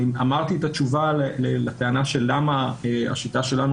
אמרתי את התשובה לטענה למה השיטה שלנו,